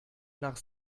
nach